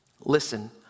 Listen